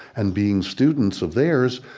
and being students of theirs,